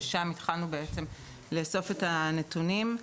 אז התחלנו לאסוף את הנתונים,